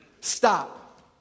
Stop